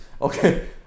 Okay